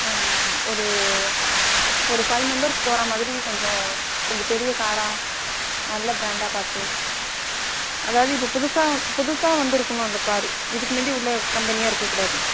ஒரு ஒரு five members போகிற மாதிரி கொஞ்சம் கொஞ்சம் பெரிய காராக நல்ல பிராண்டாக பார்த்து அதாவது இப்போ புதுசாக வந் புதுசாக வந்திருக்கனும் அந்த காரு இதுக்கு முந்தி உள்ள கம்பெனியாக இருக்கக்கூடாது